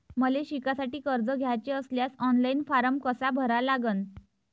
मले शिकासाठी कर्ज घ्याचे असल्यास ऑनलाईन फारम कसा भरा लागन?